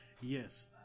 Yes